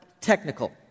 technical